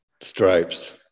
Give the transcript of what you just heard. Stripes